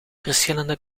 verschillende